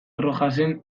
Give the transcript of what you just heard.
rojasen